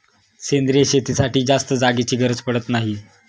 सेंद्रिय शेतीसाठी जास्त जागेची गरज पडत नाही